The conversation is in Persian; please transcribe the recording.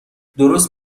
درست